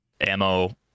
ammo